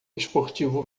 esportivo